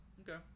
okay